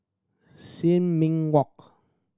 Sin Ming Walk